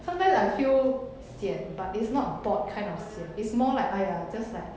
sometimes I feel sian but it's not bored kind of sian it's more like !aiya! just like